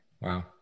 wow